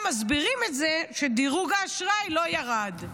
מסבירים את זה שדירוג האשראי לא ירד?